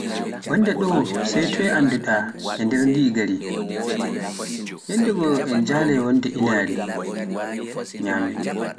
Banda ɗo sai toye annduɗa e nder ndi gari, yanndegoo, en jaalai wonde inaare nyamen.